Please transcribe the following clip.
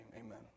amen